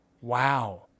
Wow